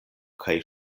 kaj